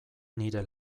nire